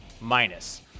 minus